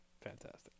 fantastic